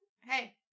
Hey